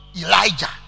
elijah